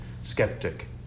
skeptic